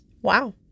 Wow